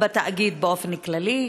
המשרות בתאגיד באופן כללי?